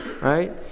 right